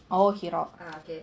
oh